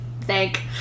Thank